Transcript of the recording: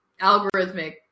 algorithmic